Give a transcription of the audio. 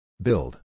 Build